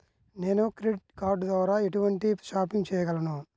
నేను credit card ద్వార ఎటువంటి షాపింగ్ చెయ్యగలను?